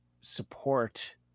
support